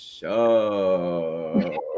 show